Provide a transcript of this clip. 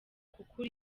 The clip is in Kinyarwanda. kuko